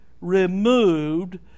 removed